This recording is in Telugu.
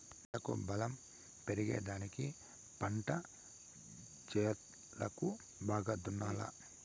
నేలకు బలం పెరిగేదానికి పంట చేలను బాగా దున్నాలా